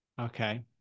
Okay